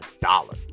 dollar